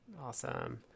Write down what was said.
Awesome